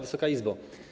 Wysoka Izbo!